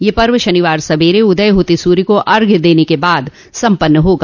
यह पर्व शनिवार सवेरे उदय होते सूर्य को अघ्य देने के बाद संपन्न होगा